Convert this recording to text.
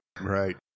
Right